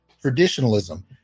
traditionalism